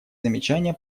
замечания